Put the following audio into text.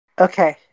Okay